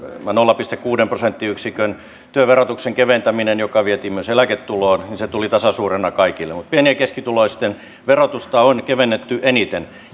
nolla pilkku kuuden prosenttiyksikön työn verotuksen keventäminen joka vietiin myös eläketuloon tuli tasasuurena kaikille mutta pieni ja keskituloisten verotusta on kevennetty eniten